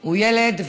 הוא ילד.